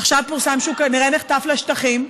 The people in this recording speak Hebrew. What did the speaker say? עכשיו פורסם שהוא כנראה נחטף לשטחים,